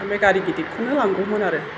आं बे गारि गिदिरखौनो लांगौमोन आरो